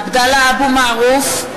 עבדאללה אבו מערוף,